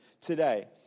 today